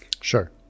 Sure